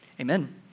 amen